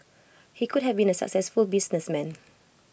he could have been A successful businessman